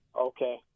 okay